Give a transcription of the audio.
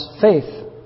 faith